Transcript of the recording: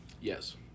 yes